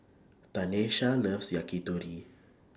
Tanesha loves Yakitori